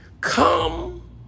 Come